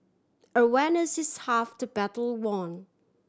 awareness is half to battle won